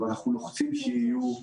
אבל אנחנו לוחצים שיהיו.